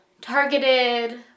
targeted